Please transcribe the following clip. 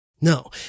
No